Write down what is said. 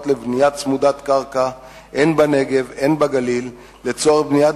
לבנייה צמודת קרקע הן בנגב והן בגליל לצורך בניית